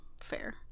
fair